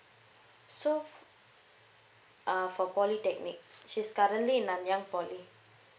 so uh for polytechnic she's currently nanyang poly